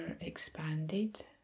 expanded